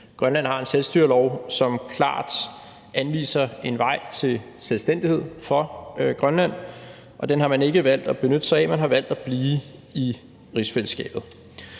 Grønland har en selvstyrelov, som klart anviser en vej til selvstændighed for Grønland, og den har man ikke valgt at benytte sig af, man har valgt at blive i rigsfællesskabet.